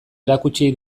erakutsi